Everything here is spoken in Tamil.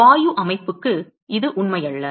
வாயு அமைப்புக்கு இது உண்மையல்ல